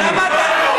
למה אתה מבזה?